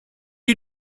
you